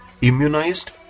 immunized